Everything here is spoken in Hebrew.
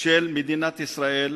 של מדינת ישראל